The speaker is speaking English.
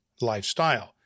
lifestyle